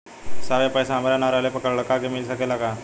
साहब ए पैसा हमरे ना रहले पर हमरे लड़का के मिल सकेला का?